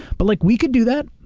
but like we could do that.